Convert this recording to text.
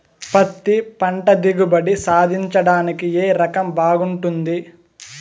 పత్తి పంట దిగుబడి సాధించడానికి ఏ రకం బాగుంటుంది?